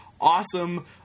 Awesome